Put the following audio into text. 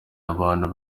abantu